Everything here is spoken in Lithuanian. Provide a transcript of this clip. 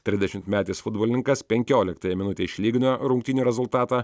trisdešimt metis futbolininkas penkioliktąją minutę išlygino rungtynių rezultatą